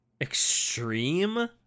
extreme